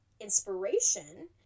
inspiration